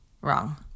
Wrong